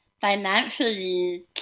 financially